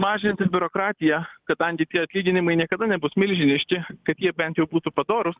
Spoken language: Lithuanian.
mažinti biurokratiją kadangi tie atlyginimai niekada nebus milžiniški kad jie bent jau būtų padorūs